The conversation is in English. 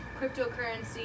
cryptocurrency